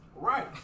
Right